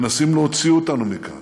מנסים להוציא אותנו מכאן,